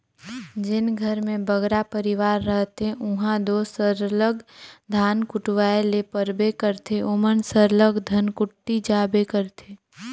जेन घर में बगरा परिवार रहथें उहां दो सरलग धान कुटवाए ले परबे करथे ओमन सरलग धनकुट्टी जाबे करथे